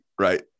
right